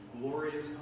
glorious